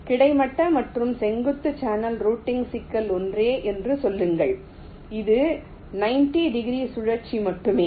கிடைமட்ட மற்றும் செங்குத்து சேனல் ரூட்டிங் சிக்கல் ஒன்றே என்று சொல்லுங்கள் இது 90 டிகிரி சுழற்சி மட்டுமே